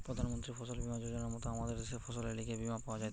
প্রধান মন্ত্রী ফসল বীমা যোজনার মত আমদের দ্যাশে ফসলের লিগে বীমা পাওয়া যাইতেছে